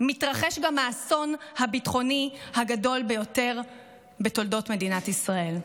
מתרחש גם האסון הביטחוני הגדול ביותר בתולדות מדינת ישראל.